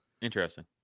Interesting